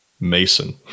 Mason